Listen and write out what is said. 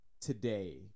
today